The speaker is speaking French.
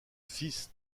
fils